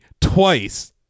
twice